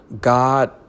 God